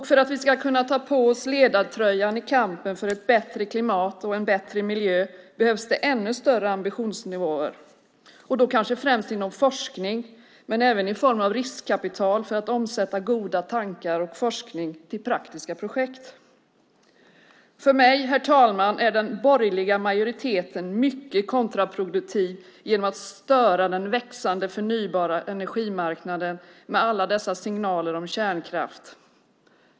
För att vi ska kunna ta på oss ledartröjan i kampen för ett bättre klimat och en bättre miljö behövs det ännu större ambitionsnivåer - främst inom forskning men även i form av riskkapital för att omsätta goda tankar och forskning till praktiska projekt. Herr talman! För mig är den borgerliga majoriteten mycket kontraproduktiv genom att störa den växande förnybara energimarknaden med alla dessa signaler om kärnkraft.